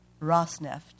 Rosneft